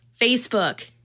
Facebook